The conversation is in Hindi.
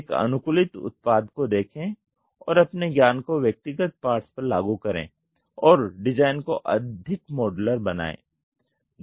एक अनुकूलित उत्पाद को देखें और अपने ज्ञान को व्यक्तिगत पार्ट्स पर लागू करें और डिजाइन को अधिक मॉड्यूलर बनाएं